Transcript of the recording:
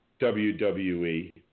WWE